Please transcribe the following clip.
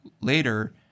later